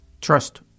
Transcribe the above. trust